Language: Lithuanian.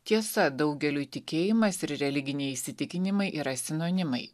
tiesa daugeliui tikėjimas ir religiniai įsitikinimai yra sinonimai